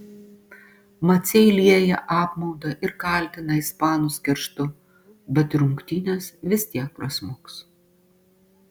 maciai lieja apmaudą ir kaltina ispanus kerštu bet į rungtynes vis tiek prasmuks